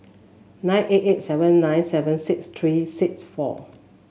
nine eight eight seven nine seven six three six four